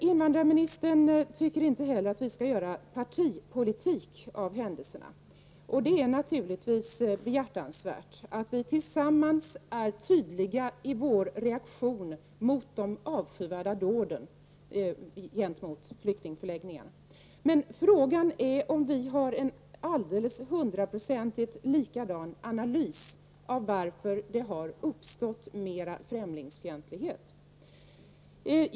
Invandrarministern tycker inte att vi skall göra partipolitik av händelserna, och naturligtvis är det behjärtansvärt att vi tillsammans är tydliga i vår reaktion på de avskyvärda dåd mot flyktingförläggningar som har förekommit. Men frågan är om vi gör en hundraprocentigt lika analys av varför det har uppstått mera främlingsfientlighet.